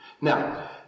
now